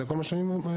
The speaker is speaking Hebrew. זה כל מה שאני מציע.